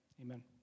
Amen